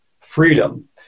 freedom